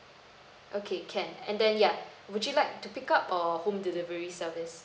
okay can and then ya would you like to pick up or home delivery service